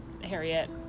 Harriet